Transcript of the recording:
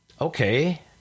okay